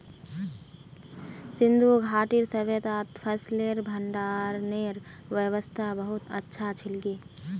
सिंधु घाटीर सभय्तात फसलेर भंडारनेर व्यवस्था बहुत अच्छा छिल की